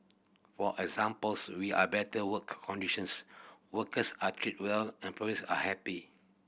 for examples we are better work conditions workers are treated well employers are happy